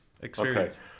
experience